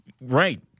Right